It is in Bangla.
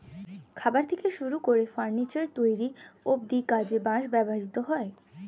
খাবার থেকে শুরু করে ফার্নিচার তৈরি অব্ধি কাজে বাঁশ ব্যবহৃত হয়